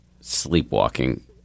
sleepwalking